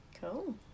Cool